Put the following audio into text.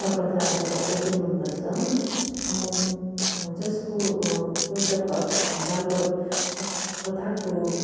का कथाहरू असाध्यै मनपर्छ म जसको एउटा कत बालकत कत कथाको